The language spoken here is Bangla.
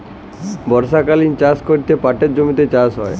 বর্ষকালীল চাষ ক্যরে পাটের জমিতে চাষ হ্যয়